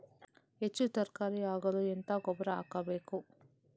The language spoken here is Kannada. ಹೆಚ್ಚು ತರಕಾರಿ ಆಗಲು ಎಂತ ಗೊಬ್ಬರ ಹಾಕಬೇಕು?